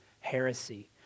heresy